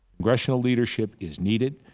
congressional leadership is needed.